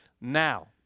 Now